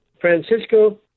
Francisco